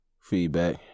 feedback